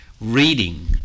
reading